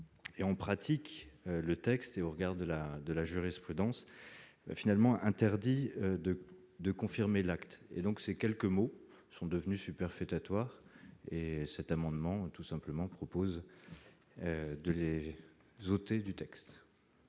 et on pratique le texte et au regard de la de la jurisprudence finalement interdit de de confirmer l'acte et donc ces quelques mots sont devenus superfétatoire et cet amendement tout simplement propose de lier voté hôtels du texte.